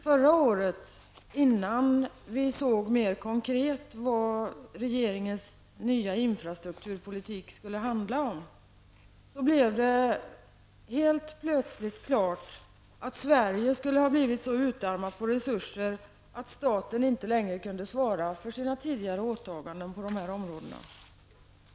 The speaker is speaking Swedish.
Förra året, innan vi såg mer konkret vad regeringens nya infrastrukturpolitik skulle handla om, blev det helt plötsligt klart att Sverige blivit så utarmat på resurser att staten inte längre kunde svara för sina tidigare åtaganden på de här områdena.